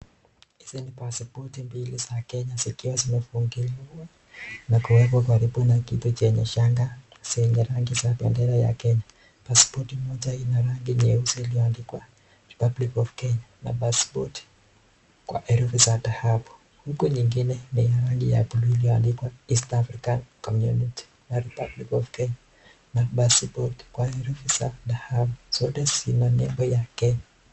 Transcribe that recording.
Hizi ni paspoti mbili za Kenya zikiwa zimefungiliwa na kuwekwa karibu na kitu chenye shanga zenye rangi za bendera ya Kenya. Paspoti moja ina rangi nyeusi iliyoandikwa Republic of Kenya na paspoti kwa herufi za dhahabu. Huku nyingine ni ya rangi ya blue iliyoandikwa East African Community na Republic of Kenya na paspoti kwa herufi za dhahabu. Zote zina nembo ya Kenya.